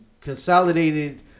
consolidated